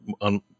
on